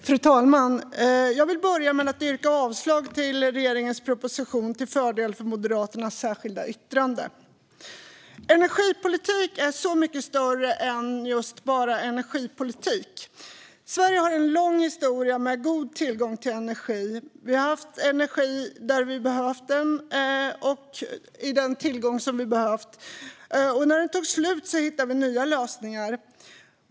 Fru talman! Jag vill börja med att yrka avslag på regeringens proposition till fördel för Moderaternas särskilda yttrande. Energipolitik är så mycket större än just bara energipolitik. Sverige har en lång historia av god tillgång till energi. Vi har haft energi där vi behövt den och med den tillgång vi behövt. När den tagit slut har vi hittat nya lösningar.